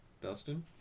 Dustin